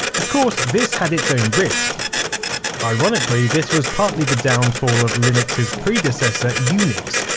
of course, this had its own risk ironically, this was partly the downfall of linux's predecessor, unix,